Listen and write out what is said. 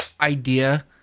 idea